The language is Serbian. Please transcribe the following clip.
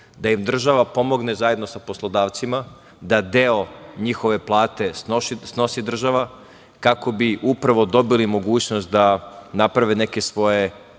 da im država pomogne zajedno sa poslodavcima, da deo njihove plate snosi država, kako bi upravo dobili mogućnost da naprave neke svoje